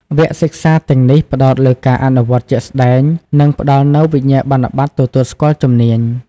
វគ្គសិក្សាទាំងនេះផ្តោតលើការអនុវត្តជាក់ស្តែង និងផ្តល់នូវវិញ្ញាបនបត្រទទួលស្គាល់ជំនាញ។